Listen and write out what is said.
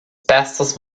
bestes